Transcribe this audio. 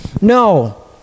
No